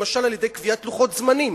למשל על-ידי קביעת לוחות זמנים.